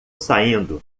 saindo